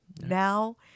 Now